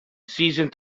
season